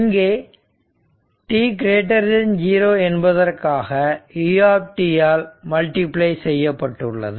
இங்கே t0 என்பதற்காக u ஆல் மல்டிபிளை செய்யப்பட்டுள்ளது